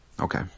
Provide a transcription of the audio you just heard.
Okay